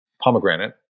pomegranate